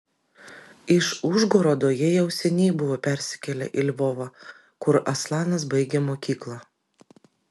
iš užgorodo jie jau seniai buvo persikėlę į lvovą kur aslanas baigė mokyklą